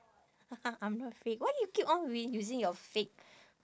I'm not fake why you keep on reusing your fake